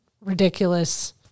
ridiculous